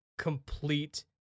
complete